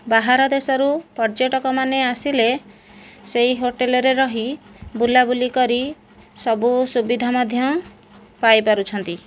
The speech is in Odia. ବାହାର ଦେଶରୁ ପର୍ଯ୍ୟଟକମାନେ ଆସିଲେ ସେହି ହୋଟେଲ୍ରେ ରହି ବୁଲାବୁଲି କରି ସବୁ ସୁବିଧା ମଧ୍ୟ ପାଇପାରୁଛନ୍ତି